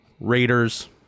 Raiders